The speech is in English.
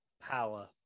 power